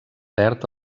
perd